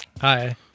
Hi